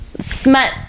smut